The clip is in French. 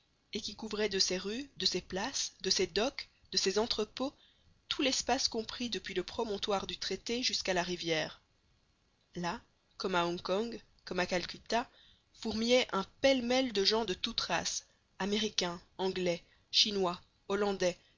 et qui couvrait de ses rues de ses places de ses docks de ses entrepôts tout l'espace compris depuis le promontoire du traité jusqu'à la rivière là comme à hong kong comme à calcutta fourmillait un pêle-mêle de gens de toutes races américains anglais chinois hollandais